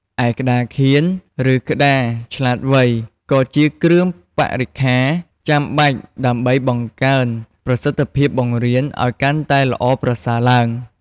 ឯក្ដារខៀន ឬក្ដារឆ្លាតវៃ ក៏ជាគ្រឿងបរិក្ខារចាំបាច់ដើម្បីបង្កើនប្រសិទ្ធភាពបង្រៀនឲ្យកាន់តែល្អប្រសើរឡើង។